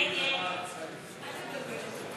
ההסתייגות (159)